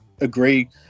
agree –